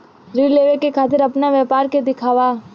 ऋण लेवे के खातिर अपना व्यापार के दिखावा?